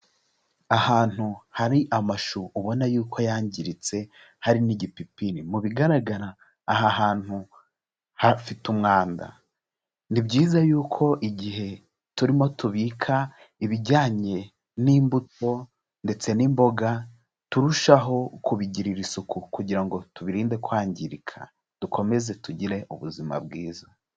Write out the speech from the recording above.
Ahantu hari amashu ubona yuko yangiritse hari n'igipipiri. Mu bigaragara aha hantu hafite umwanda. Ni byiza yuko igihe turimo tubika ibijyanye n'imbuto ndetse n'imboga turushaho kubigirira isuku kugira ngo tubirinde kwangirika. Dukomeze tugire ubuzima bwiza.